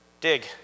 dig